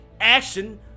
action